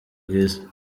bwiza